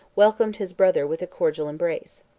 welcomed his brother with a cordial embrace.